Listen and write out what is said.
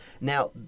Now